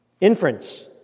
Inference